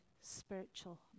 spiritual